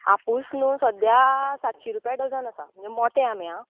आपूस न्हय सद्याक सातशी रुपय डझन आसा म्हणजे मोठे आंबे आ